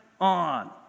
on